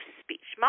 speech